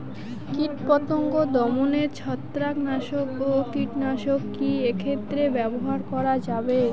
কীটপতঙ্গ দমনে ছত্রাকনাশক ও কীটনাশক কী একত্রে ব্যবহার করা যাবে?